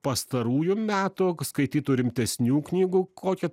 pastarųjų metų skaitytų rimtesnių knygų kokią